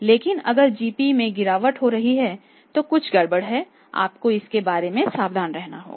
लेकिन अगर जीपी में गिरावट हो रही है तो कुछ गड़बड़ है आपको इसके बारे में सावधान रहना होगा